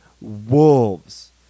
wolves